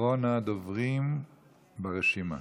אחרון הדוברים ברשימה.